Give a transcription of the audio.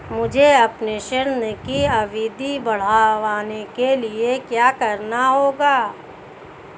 मुझे अपने ऋण की अवधि बढ़वाने के लिए क्या करना होगा?